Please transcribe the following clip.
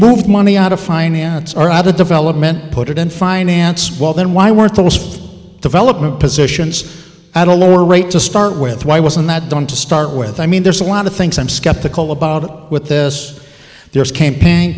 moved money out of finance our other development put it in finance well then why weren't those development positions at a lower rate to start with why wasn't that done to start with i mean there's a lot of things i'm skeptical about with this year's campaign